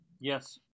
Yes